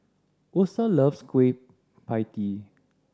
Osa loves Kueh Pie Tee